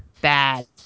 bad